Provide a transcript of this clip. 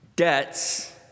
Debt's